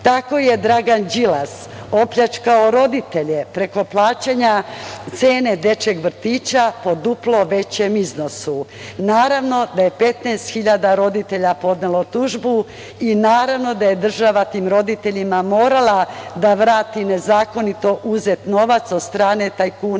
je Dragan Đilas opljačkao roditelje preko plaćanja cene dečijeg vrtića po duplo većem iznosu. Naravno da je 15.000 roditelja podnelo tužbu i naravno da je država tim roditeljima morala da vrati nezakonito uzet novac od strane tajkuna